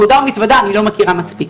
מודה ומתוודה, אני לא מכירה מספיק.